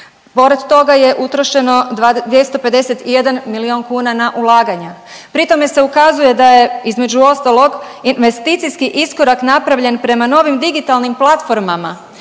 Pored toga je utrošeno 251 milijun kuna na ulaganja. Pri tome se ukazuje da je između ostalog investicijski iskorak napravljen prema novim digitalnim platformama,